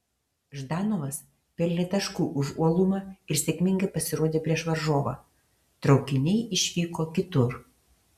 ždanovas pelnė taškų už uolumą ir sėkmingai pasirodė prieš varžovą traukiniai išvyko kitur